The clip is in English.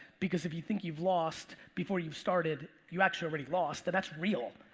because if you think you've lost before you've started, you actually already lost and that's real.